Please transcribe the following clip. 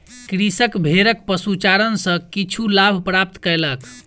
कृषक भेड़क पशुचारण सॅ किछु लाभ प्राप्त कयलक